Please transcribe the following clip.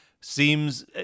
seems